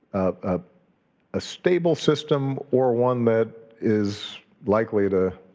ah ah stable system or one that is likely to